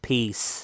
Peace